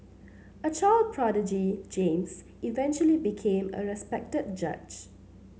a child prodigy James eventually became a respected judge